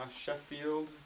Sheffield